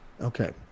Okay